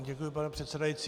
Děkuji, pane předsedající.